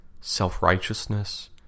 self-righteousness